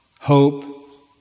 hope